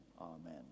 amen